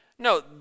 No